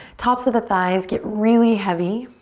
tops of the thighs get really heavy.